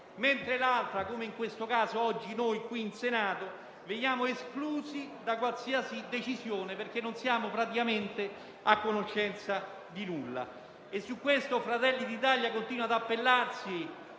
mentre l'altra, come in questo caso oggi il Senato, viene esclusa da qualsiasi decisione, perché non è praticamente a conoscenza di nulla. Su questo Fratelli d'Italia continua ad appellarsi